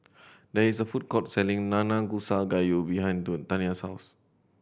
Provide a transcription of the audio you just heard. there is a food court selling Nanakusa Gayu behind Taniyah's house